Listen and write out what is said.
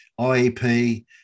IEP